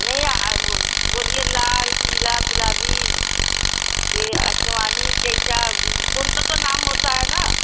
नहीं बोलिए लाल पीला गुलाबी यह आसमानी जैसा पुरको तो नाम होता है ना